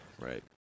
Right